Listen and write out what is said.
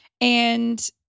And-